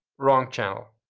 wrong channel.